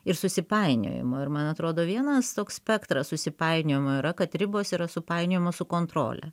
ir susipainiojimo ir man atrodo vienas toks spektras susipainiojimo yra kad ribos yra supainiojamos su kontrole